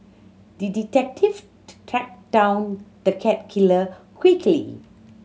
the detective tracked down the cat killer quickly